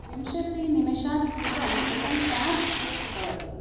विंशतिनिमेषात् पूर्वम् एकं cab book कृतवती